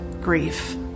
grief